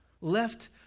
left